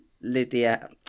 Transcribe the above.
Lydia